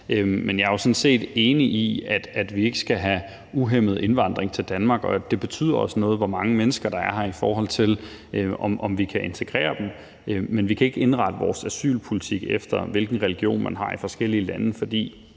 Men jeg er jo sådan set enig i, at vi ikke skal have uhæmmet indvandring til Danmark, og at det også betyder noget, hvor mange mennesker der er her, i forhold til om vi kan integrere dem. Men vi kan ikke indrette vores asylpolitik efter, hvilken religion man har i forskellige lande, fordi